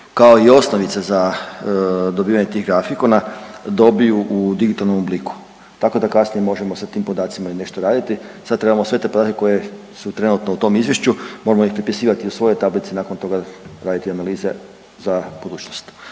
kao i osnovice za dobivanje tih grafikona dobiju u digitalnom obliku tako da kasnije možemo sa tim podacima i nešto raditi. Sad trebamo sve te podatke koji su trenutno u tom izvješću moramo ih prepisivati u svoje tablice i nakon toga raditi analize za budućnost,